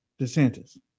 DeSantis